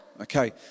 Okay